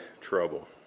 trouble